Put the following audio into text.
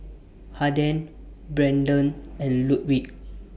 Haden Brenden and Ludwig